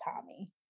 tommy